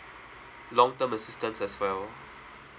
long term assistance as well